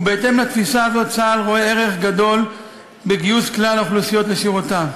ובהתאם לתפיסה הזאת צה"ל רואה ערך גדול בגיוס כלל האוכלוסיות לשורותיו.